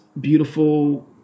beautiful